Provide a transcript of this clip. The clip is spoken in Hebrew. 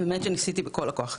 באמת שניסיתי בכל הכוח.